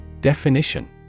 Definition